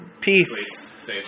Peace